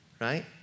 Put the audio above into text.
right